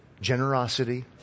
generosity